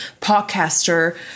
podcaster